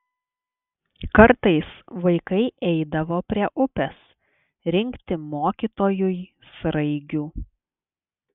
kartais vaikai eidavo prie upės rinkti mokytojui sraigių